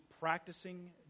practicing